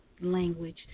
language